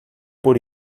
por